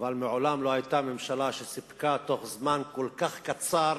מעולם לא היתה ממשלה שסיפקה בתוך זמן כל כך קצר